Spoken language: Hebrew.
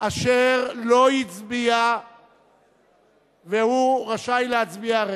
אשר לא הצביע והוא רשאי להצביע הרגע?